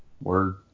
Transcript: Word